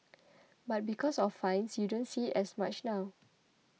but because of fines you don't see it as much now